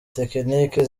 tekiniki